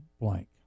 blank